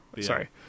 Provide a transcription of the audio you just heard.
Sorry